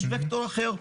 יש ווקטור אחר,